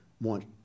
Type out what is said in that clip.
want